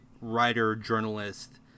writer-journalist